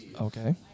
Okay